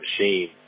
machine